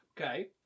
Okay